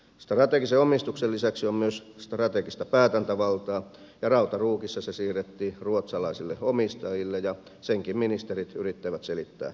strategisen omistuksen lisäksi on myös strategista päätäntävaltaa ja rautaruukissa se siirrettiin ruotsalaisille omistajille ja senkin ministerit yrittävät selittää parhain päin